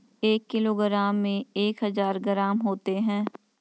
एक किलोग्राम में एक हजार ग्राम होते हैं